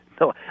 No